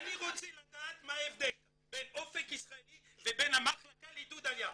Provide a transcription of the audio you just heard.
אני רוצה לדעת מה ההבדל בין אופק ישראלי ובין המחלקה לעידוד העלייה.